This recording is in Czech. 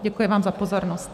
Děkuji vám za pozornost.